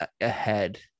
ahead